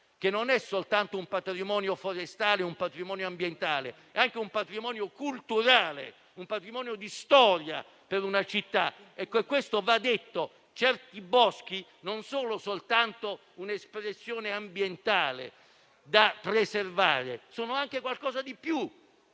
non è soltanto un patrimonio forestale e ambientale, è anche un patrimonio culturale e storico per la città. Questo va detto. Certi boschi non sono soltanto un'espressione ambientale da preservare, ma sono anche qualcosa di più,